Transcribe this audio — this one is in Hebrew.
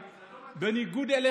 שטויות, אני כבר אדע מה לעשות עם זה.